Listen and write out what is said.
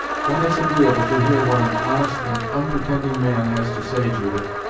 when it's agreeable to hear what an honest and onpretending man has to say, judith,